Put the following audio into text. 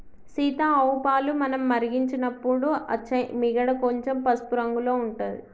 సీత ఆవు పాలు మనం మరిగించినపుడు అచ్చే మీగడ కొంచెం పసుపు రంగుల ఉంటది